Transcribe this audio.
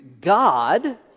God